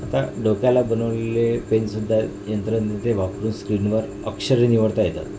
आता डोक्याला बनवलेले पेनसुद्धा यंत्रज्ञ ते वापरून स्क्रीनवर अक्षरं निवडता येतात